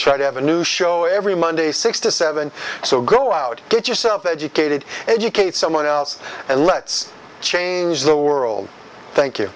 try to have a new show every monday six to seven so go out get yourself educated educate someone else and let's change the world thank you